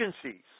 agencies